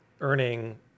earning